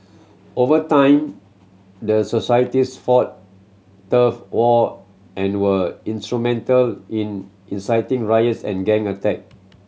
over time the societies fought turf war and were instrumental in inciting riots and gang attack